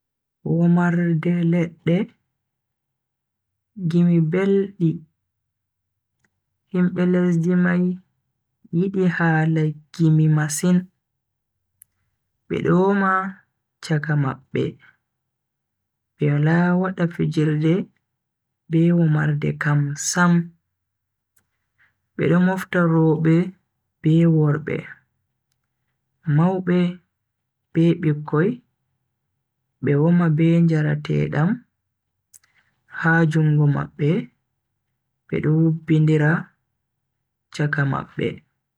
Womarde ledde, gimi beldi. Himbe lesdi mai yidi hala gimi masin, bedo woma chaka mabbe be wala wada fijirde be womarde kam sam, be do mofta robe be worbe, maube be bikkoi be woma be njarateedam ha jungo mabbe be do wubbindira chaka mabbe.